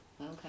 Okay